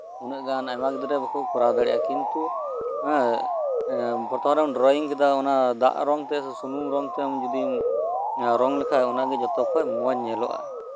ᱩᱱᱟᱹᱜ ᱜᱟᱱ ᱟᱭᱢᱟ ᱜᱤᱫᱽᱨᱟᱹ ᱵᱟᱠᱚ ᱠᱚᱨᱟᱣ ᱫᱟᱲᱮᱭᱟᱜᱼᱟ ᱠᱤᱱᱛᱩ ᱦᱮᱸ ᱯᱨᱚᱛᱷᱚᱢᱮᱢ ᱰᱨᱚᱭᱤᱝ ᱠᱮᱫᱟ ᱫᱟᱜ ᱨᱚᱝ ᱛᱮ ᱥᱮ ᱥᱩᱱᱩᱢ ᱨᱚᱝ ᱛᱮ ᱩᱱ ᱡᱩᱫᱤ ᱚᱱᱟ ᱨᱚᱝ ᱞᱮᱠᱷᱟᱡ ᱚᱱᱟ ᱜᱮ ᱡᱚᱛᱚ ᱠᱷᱚᱡ ᱢᱚᱸᱡ ᱧᱮᱞᱚᱜᱼᱟ